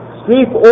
sleep